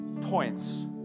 points